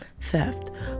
theft